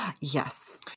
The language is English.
yes